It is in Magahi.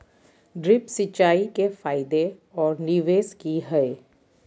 ड्रिप सिंचाई के फायदे और निवेस कि हैय?